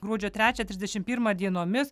gruodžio trečią trisdešimt pirmą dienomis